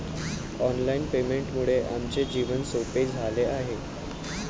online पेमेंटमुळे आमचे जीवन सोपे झाले आहे